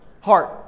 Heart